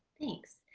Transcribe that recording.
thanks.